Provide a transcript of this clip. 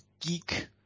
geek